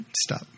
stop